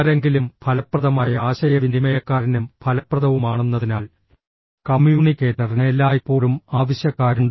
ആരെങ്കിലും ഫലപ്രദമായ ആശയവിനിമയക്കാരനും ഫലപ്രദവുമാണെന്നതിനാൽ കമ്മ്യൂണിക്കേറ്ററിന് എല്ലായ്പ്പോഴും ആവശ്യക്കാരുണ്ട്